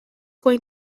going